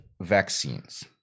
vaccines